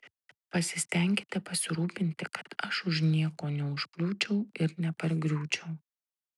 pasistenkite pasirūpinti kad aš už nieko neužkliūčiau ir nepargriūčiau